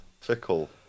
Fickle